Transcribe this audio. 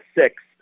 six